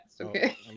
Okay